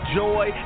joy